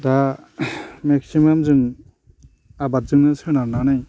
दा मेक्सिमाम जों आबादजोंनो सोनारनानै